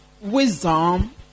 wisdom